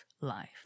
life